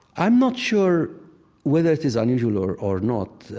i'm not sure whether it is unusual or or not,